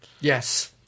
yes